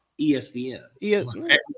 ESPN